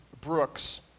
Brooks